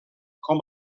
com